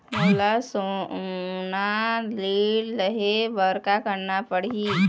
मोला सोना ऋण लहे बर का करना पड़ही?